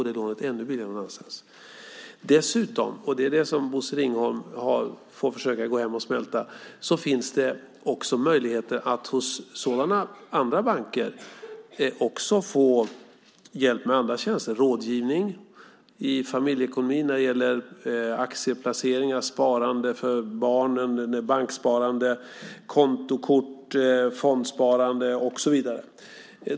Dessutom, vilket Bosse Ringholm får gå hem och försöka smälta, kan man hos sådana andra banker också få hjälp med andra tjänster, rådgivning beträffande familjeekonomin när det gäller aktieplaceringar, sparande för barnen, banksparande, kontokort, fondsparande och så vidare.